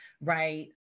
right